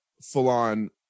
full-on